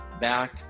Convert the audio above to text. back